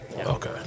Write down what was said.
Okay